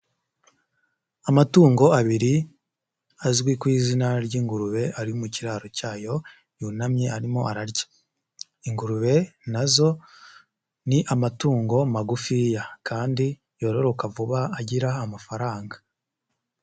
Amatungo abiri azwi ku izina ry'ingurube ari mu kiraro cyayo yunamye arimo ararya, ingurube nazo ni amatungo magufiya kandi yororoka vuba agira amafaranga.